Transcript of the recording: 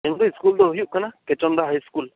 ᱤᱧᱟᱹᱜ ᱤᱥᱠᱩᱞ ᱫᱚ ᱦᱩᱭᱩᱜ ᱠᱟᱱᱟ ᱠᱮᱱᱚᱱᱫᱟ ᱦᱟᱭ ᱤᱥᱠᱩᱞ